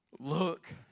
Look